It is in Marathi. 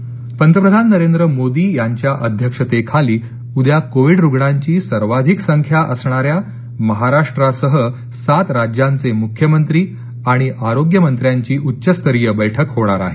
पंतप्रधान पंतप्रधान नरेंद्र मोदी यांच्या अध्यक्षतेखाली उद्या कोविड रुग्णांची सर्वाधिक संख्या असणाऱ्या महाराष्ट्रासह सात राज्यांचे मुख्यमंत्री आणि आरोग्य मंत्र्यांची उच्चस्तरीय बैठक होणार आहे